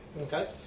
Okay